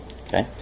Okay